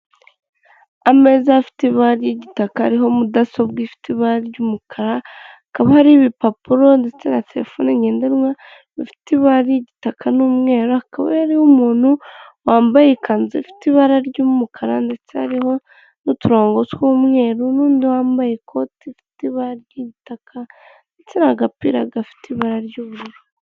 Ameza afite ibara ry'igitaka ariho mudasobwa ifite ibara ry'umukara hakaba hari ibipapuro ndetse na telefone ngendanwa bifite ibara ry'igitaka n'umweru, hakaba hariho umuntu wambaye ikanzu ifite ibara ry'umukara ndetse hari n'uturango tw'umweru, n'undi wambaye ikoti ifite ibara ry'itaka ndetse agapira gafite ibara ry'ubururu.